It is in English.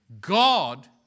God